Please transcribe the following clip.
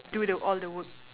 do the all the work